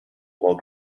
while